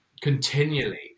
continually